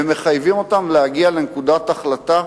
ומחייבים אותם להגיע לנקודת החלטה,